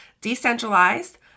decentralized